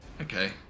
okay